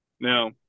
now